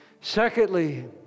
Secondly